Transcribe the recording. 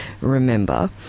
remember